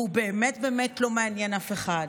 והוא באמת באמת לא מעניין אף אחד.